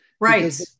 Right